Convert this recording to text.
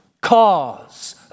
cause